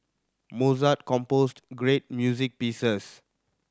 Mozart composed great music pieces